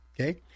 Okay